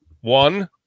One